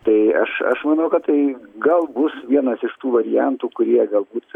tai aš aš manau kad tai gal bus vienas iš tų variantų kurie galbūt